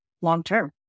long-term